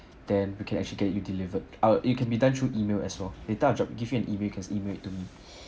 then we can actually get you delivered ah it can be done through email as well later I'll drop give you an e mail you can e mail it to me